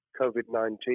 COVID-19